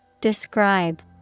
Describe